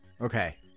Okay